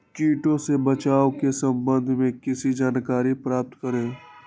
किटो से बचाव के सम्वन्ध में किसी जानकारी प्राप्त करें?